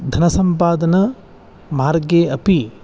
धनसम्पादनमार्गे अपि